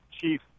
chief